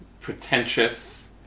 pretentious